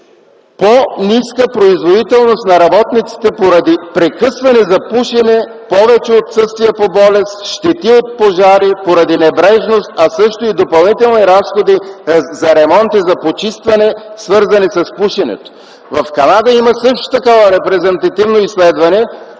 „по-ниска производителност на работниците поради прекъсване за пушене, повече отсъствия по болест, щети от пожари поради небрежност, а също и допълнителни разходи за ремонти, за почистване, свързани с пушенето.” В Канада има също такова репрезентативно изследване,